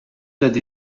that